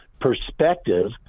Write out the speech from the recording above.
perspective